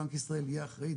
בנק ישראל יהיה אחראי,